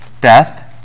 Death